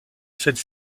celle